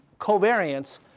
covariance